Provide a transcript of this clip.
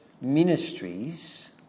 ministries